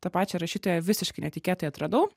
tą pačią rašytoją visiškai netikėtai atradau